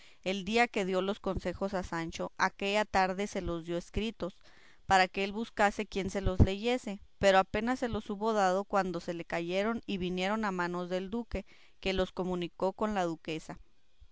el día que dio los consejos a sancho aquella tarde se los dio escritos para que él buscase quien se los leyese pero apenas se los hubo dado cuando se le cayeron y vinieron a manos del duque que los comunicó con la duquesa